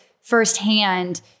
firsthand